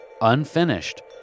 unfinished